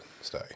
stay